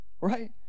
Right